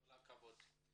כל הכבוד.